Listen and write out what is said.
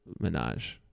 Minaj